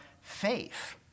faith